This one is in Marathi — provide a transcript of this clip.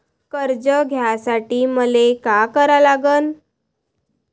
कर्ज घ्यासाठी मले का करा लागन?